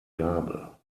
gabel